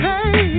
Hey